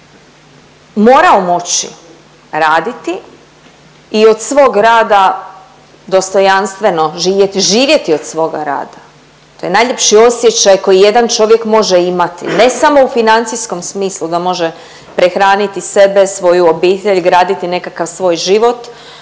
morao moći raditi i od svog rada dostojanstveno živjeti. Živjeti od svoga rada, to je najljepši osjećaj koji jedan čovjek može imati ne samo u financijskom smislu da može prehranite sebe, svoju obitelj, graditi nekakav svoj život,